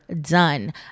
done